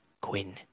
Quinn